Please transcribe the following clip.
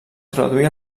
traduir